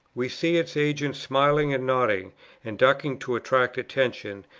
we see its agents, smiling and nodding and ducking to attract attention,